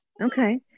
Okay